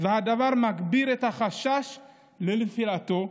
והדבר מגביר את החשש לנפילתו,